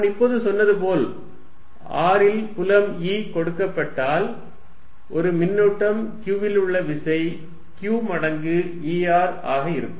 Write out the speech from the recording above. நான் இப்போது சொன்னது போல் r ல் புலம் E கொடுக்கப்பட்டால் ஒரு மின்னூட்டம் q இல் உள்ள விசை q மடங்கு E r ஆக இருக்கும்